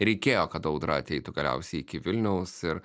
reikėjo kad audra ateitų galiausiai iki vilniaus ir